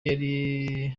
yari